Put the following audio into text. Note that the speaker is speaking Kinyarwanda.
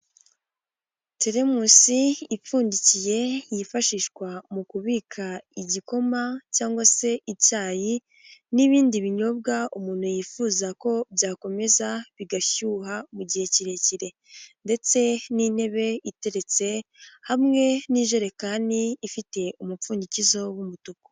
Terimusi ipfundikiye yifashishwa mu kubika igikoma cyangwa se icyayi n'ibindi binyobwa umuntu yifuza ko byakomeza bigashyuha mu gihe kirekire ndetse n'intebe iteretse hamwe n'ijerekani ifite umupfundikizo w'umutuku.